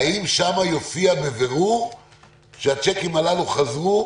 האם שם יופיע בבירור שהצ'קים הללו חזרו